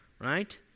Right